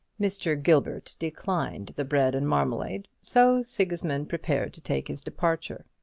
mr. gilbert declined the bread and marmalade so sigismund prepared to take his departure.